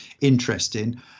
interesting